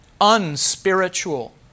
unspiritual